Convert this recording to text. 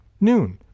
noon